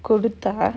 கொடுத்தா:koduthaa